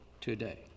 today